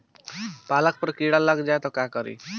पालक पर कीड़ा लग जाए त का करी?